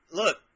look